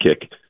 kick